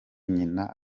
nyina